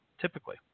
typically